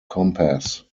compass